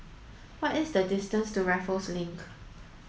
what is the distance to Raffles Link